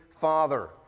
Father